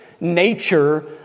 nature